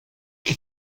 qui